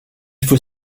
faut